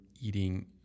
eating